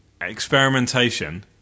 Experimentation